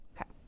Okay